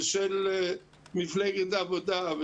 ושל מפלגת העבודה,